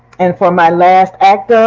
and for my last act, doug,